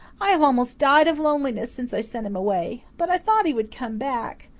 i have almost died of loneliness since i sent him away. but i thought he would come back!